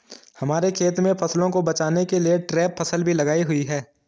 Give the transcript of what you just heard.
हमारे खेत में फसलों को बचाने के लिए ट्रैप फसल भी लगाई हुई है